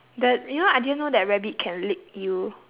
that you know I didn't know that rabbit can lick you